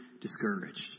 discouraged